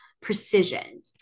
precision